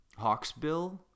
hawksbill